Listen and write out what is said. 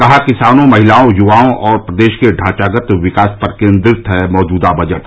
कहा किसानों महिलाओं युवाओं और प्रदेश के ढांचागत विकास पर है केन्द्रित मौजूदा बजट